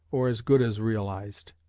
or as good as realized.